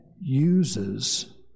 uses